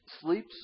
sleeps